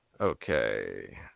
okay